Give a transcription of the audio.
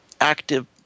active